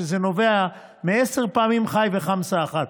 שזה נובע מעשר פעמים ח"י וחמסה אחת.